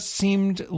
seemed